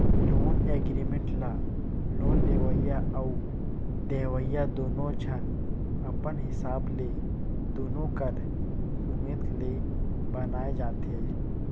loan agreement ल loan लेवइया अउ देवइया दुनो झन अपन हिसाब ले दुनो कर सुमेत ले बनाए जाथें